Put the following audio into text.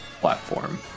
platform